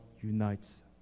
unites